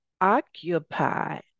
occupy